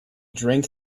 drank